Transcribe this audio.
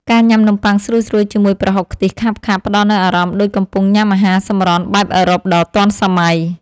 ការញ៉ាំនំប៉័ងស្រួយៗជាមួយប្រហុកខ្ទិះខាប់ៗផ្តល់នូវអារម្មណ៍ដូចកំពុងញ៉ាំអាហារសម្រន់បែបអឺរ៉ុបដ៏ទាន់សម័យ។